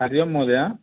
हरि ओम् महोदय